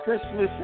Christmas